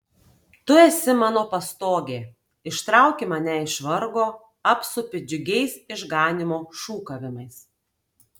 tu esi mano pastogė ištrauki mane iš vargo apsupi džiugiais išganymo šūkavimais